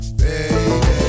baby